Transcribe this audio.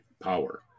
power